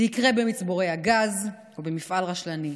זה יקרה במצבורי הגז או במפעל רשלני.